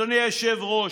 אדוני היושב-ראש,